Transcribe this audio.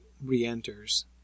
re-enters